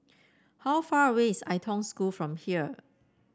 how far away is Ai Tong School from here